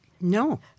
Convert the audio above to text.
No